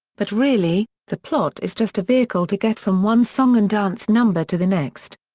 but really, the plot is just a vehicle to get from one song-and-dance number to the next.